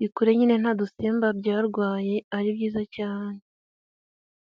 bikure nyine nta dusimba byarwaye ari byiza cyane.